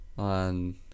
On